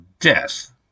Death